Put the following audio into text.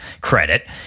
credit